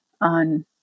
on